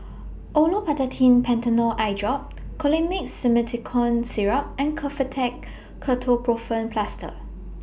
Olopatadine Patanol Eyedrop Colimix Simethicone Syrup and Kefentech Ketoprofen Plaster